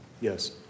Yes